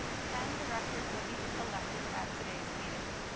ten directors will be elected at today's meeting.